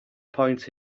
point